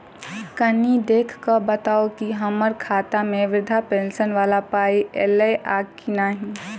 कनि देख कऽ बताऊ न की हम्मर खाता मे वृद्धा पेंशन वला पाई ऐलई आ की नहि?